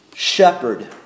Shepherd